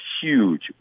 huge